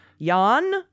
Jan